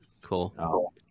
Cool